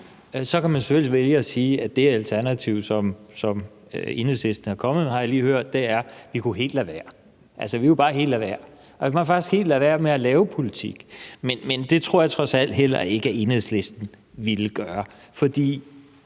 Så kan man selvfølgelig vælge at sige, at det alternativ, som Enhedslisten er kommet med, har jeg lige hørt, er, at vi kunne helt lade være; vi kunne altså bare helt lade være. Man kunne faktisk helt lade være med at lave politik. Men det tror jeg trods alt heller ikke Enhedslisten ville gøre. Jeg